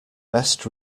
best